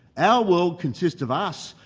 our world consists of us,